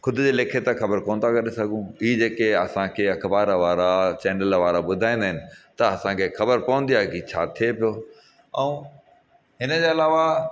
ख़ुदि जे लेखे त ख़बर कोन्ह त करे सघूं ॿी जेके असांखे अख़बार वारा चैनल वारा ॿुधाईंदा आहिनि त असांखे ख़बर पवंदी आहे की छा थिए पियो ऐं हिन जे अलावा